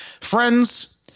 Friends